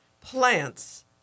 plants